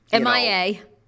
MIA